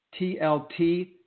TLT